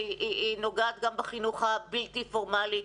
שהיא נוגעת גם בחינוך הבלתי פורמאלי.